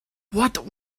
what